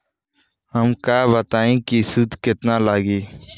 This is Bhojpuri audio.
हमका बताई कि सूद केतना लागी?